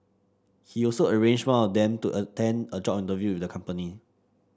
he also arranged one of them to attend a job interview the company